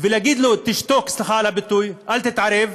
ולהגיד לו: תשתוק, סליחה על הביטוי, אל תתערב?